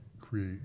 create